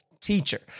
teacher